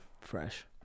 fresh